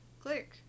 Click